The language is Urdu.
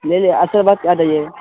نہیں نہیں عصر بعد آ جائیے گا